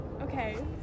okay